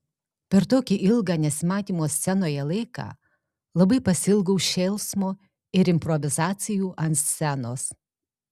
per tokį ilgą nesimatymo scenoje laiką labai pasiilgau šėlsmo ir improvizacijų ant scenos